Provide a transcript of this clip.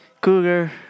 Cougar